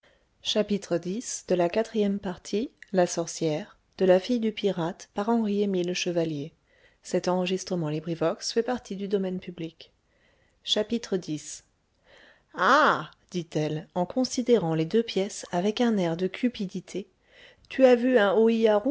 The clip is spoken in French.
la main de la magicienne x ah dit-elle en considérant les deux pièces avec un air de cupidité tu as vu un